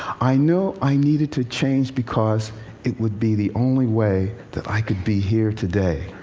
i know i needed to change, because it would be the only way that i could be here today.